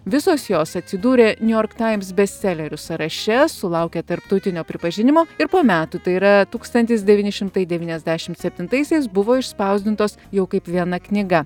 visos jos atsidūrė niujorktaims bestselerių sąraše sulaukė tarptautinio pripažinimo ir po metų tai yra tūkstantis devyni šimtai devyniasdešimt septintaisiais buvo išspausdintos jau kaip viena knyga